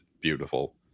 beautiful